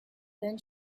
then